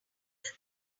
that